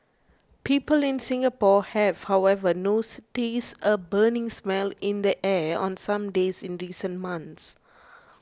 people in Singapore have however noticed a burning smell in the air on some days in recent months